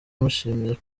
amushimira